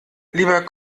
lieber